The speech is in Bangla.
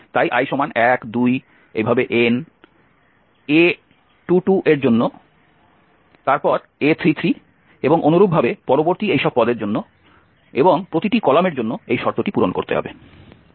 তাই i 1 2 n a22এর জন্য তারপর a33 এবং অনুরূপভাবে পরবর্তী এই সব পদের জন্য এবং প্রতিটি কলামের জন্য এই শর্তটি পূরণ করতে হবে